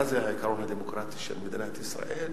מה זה העיקרון הדמוקרטי של מדינת ישראל